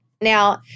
Now